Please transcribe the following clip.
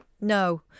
No